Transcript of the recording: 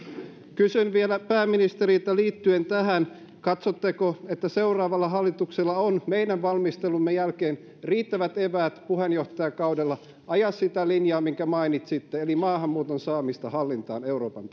kysyn vielä pääministeriltä liittyen tähän katsotteko että seuraavalla hallituksella on meidän valmistelumme jälkeen riittävät eväät puheenjohtajakaudella ajaa sitä linjaa minkä mainitsitte eli maahanmuuton saamista hallintaan euroopan